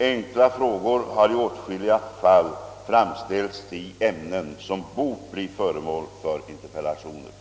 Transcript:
Enkla frågor har i åtskilliga fall framställts i ämnen som bort bli föremål för interpellationer.